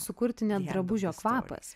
sukurti drabužio kvapas